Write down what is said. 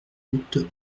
route